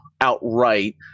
outright